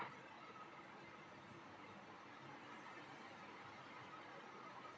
भारत में कोरोना की वजह से खाघ उद्योग को बड़ा झटका मिला है